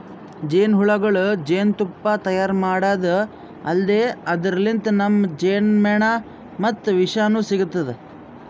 ಜೇನಹುಳಗೊಳ್ ಜೇನ್ತುಪ್ಪಾ ತೈಯಾರ್ ಮಾಡದ್ದ್ ಅಲ್ದೆ ಅದರ್ಲಿನ್ತ್ ನಮ್ಗ್ ಜೇನ್ಮೆಣ ಮತ್ತ್ ವಿಷನೂ ಸಿಗ್ತದ್